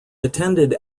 attended